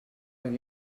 oedd